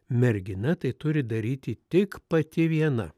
mergina tai turi daryti tik pati viena